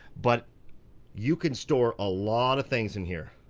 but you can store a lot of things in here.